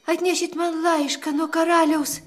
atnešit man laišką nuo karaliaus